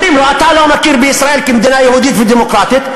אומרים לו: אתה לא מכיר בישראל כמדינה יהודית ודמוקרטית,